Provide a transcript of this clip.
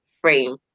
frame